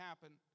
happen